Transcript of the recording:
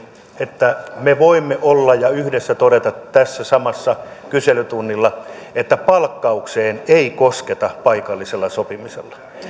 että me voimme yhdessä todeta tässä samalla kyselytunnilla että palkkaukseen ei kosketa paikallisella sopimisella